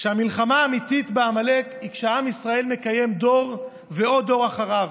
המלחמה האמיתית בעמלק היא כשעם ישראל מקיים דור ועוד דור אחריו,